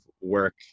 work